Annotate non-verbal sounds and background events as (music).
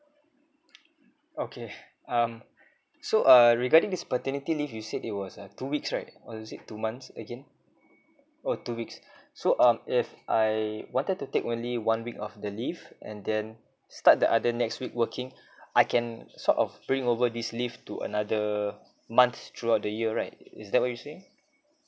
okay um so uh regarding this paternity leave you said it was a two weeks right was it two months again oh two weeks (breath) so um if I wanted to take only one week of the leave and then start the other next week working I can sort of bring over this leave to another month throughout the year right is that what you're saying